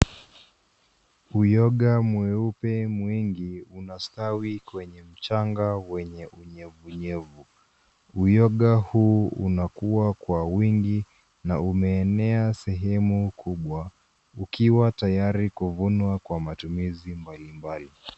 Uyoga mweupe mwingi unastawi kwenye mchanga wenye unyevunyevu. Uyoga huu unakua kwa wingi na umeenea sehemu kubwa, ukiwa tayari kuvunwa kwa matumizi mbalimbali.